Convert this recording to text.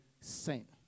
saint